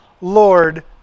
Lord